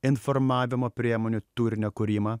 informavimo priemonių turinio kūrimą